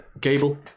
Gable